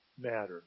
matter